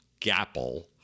Gapple